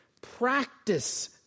Practice